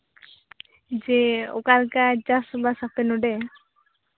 ᱡᱮ ᱚᱠᱟ ᱞᱮᱠᱟ ᱪᱟᱥᱼᱵᱟᱥ ᱟᱯᱮ ᱱᱚᱰᱮ